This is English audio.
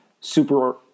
super